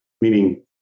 Meaning